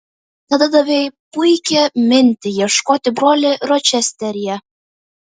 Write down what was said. tada davei puikią mintį ieškoti brolio ročesteryje